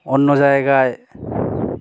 অন্য জায়গায়